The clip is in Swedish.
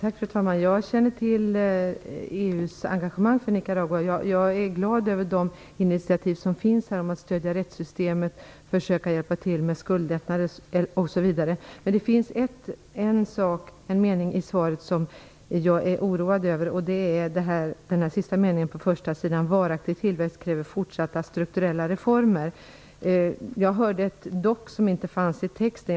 Fru talman! Jag känner till EU:s engagemang beträffande Nicaragua och är glad över initiativen här när det gäller att stödja rättssystemet, att försöka hjälpa till med skuldlättnader osv. Men en mening i svaret oroar mig: "Varaktig tillväxt kräver fortsatta strukturella reformer." Jag hörde ett dock som inte finns med i texten.